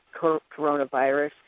coronavirus